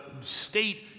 state